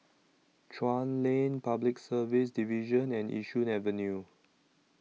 Chuan Lane Public Service Division and Yishun Avenue